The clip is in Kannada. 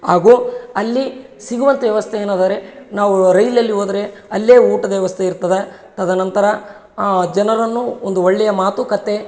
ಹಾಗು ಅಲ್ಲಿ ಸಿಗುವಂಥ ವ್ಯವಸ್ಥೆ ಎನ್ನೋದರೆ ನಾವು ರೈಲಲ್ಲಿ ಹೋದ್ರೆ ಅಲ್ಲೇ ಊಟದ ವ್ಯವಸ್ಥೆ ಇರ್ತದೆ ತದನಂತರ ಜನರನ್ನು ಒಂದು ಒಳ್ಳೆಯ ಮಾತುಕತೆ